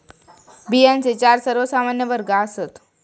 बियांचे चार सर्वमान्य वर्ग आसात